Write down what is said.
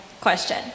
question